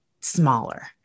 smaller